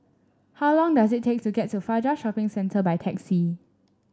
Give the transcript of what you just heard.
how long does it take to get to Fajar Shopping Centre by taxi